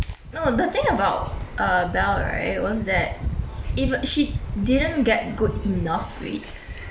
no the thing about err bel right was that if she didn't get good enough grades